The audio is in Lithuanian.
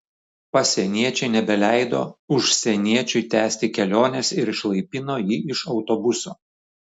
pasieniečiai nebeleido užsieniečiui tęsti kelionės ir išlaipino jį iš autobuso